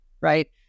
right